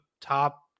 top